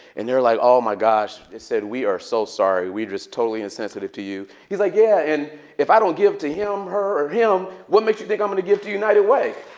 and they're like, oh my gosh. they said, we are so sorry. we're just totally insensitive to you. he's like, yeah, and if i don't give to him, her, or him, what makes you think i'm going to give to united way?